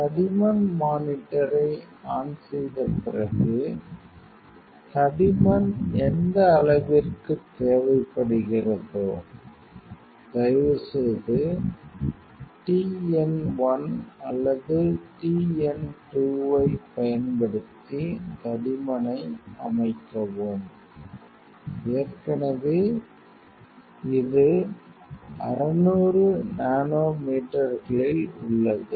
தடிமன் மானிட்டரை ஆன் செய்த பிறகு தடிமன் எந்த அளவிற்குத் தேவைப்படுகிறதோ தயவு செய்து t n 1 அல்லது t n 2 ஐப் பயன்படுத்தி தடிமனை அமைக்கவும் ஏற்கனவே இது 600 நானோமீட்டர்களில் உள்ளது